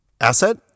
Asset